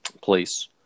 place